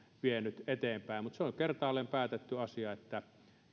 vienyt eteenpäin se on kertaalleen päätetty asia että